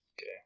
Okay